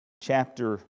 chapter